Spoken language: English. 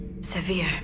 severe